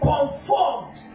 Conformed